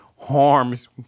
harms